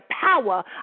power